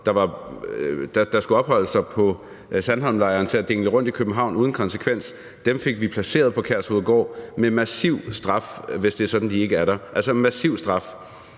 der skulle opholde sig i Sandholmlejren, til at dingle rundt i København uden konsekvens. Dem fik vi placeret på Kærshovedgård med massiv straf, hvis det er sådan, at de ikke er der – altså massiv straf.